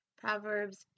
Proverbs